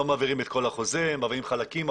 לא מעבירים את כל החוזה אלא מעבירים חלקים.